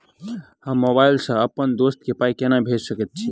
हम मोबाइल सअ अप्पन दोस्त केँ पाई केना भेजि सकैत छी?